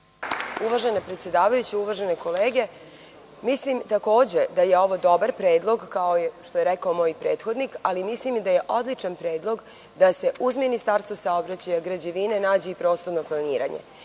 Uvažena predsedavajuća, uvažene kolege, mislim takođe da je ovo dobar predlog, kao što je rekao moj prethodnik, ali mislim i da je odličan predlog da se uz ministarstvo saobraćaja, građevine nađe i prostorno planiranje,